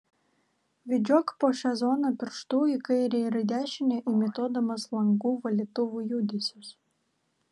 vedžiok po šią zoną pirštu į kairę ir į dešinę imituodamas langų valytuvų judesius